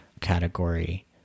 category